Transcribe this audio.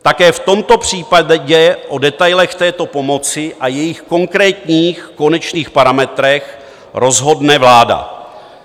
Také v tomto případě o detailech této pomoci a jejích konkrétních konečných parametrech rozhodne vláda.